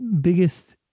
biggest